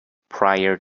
prior